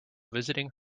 visiting